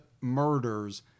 murders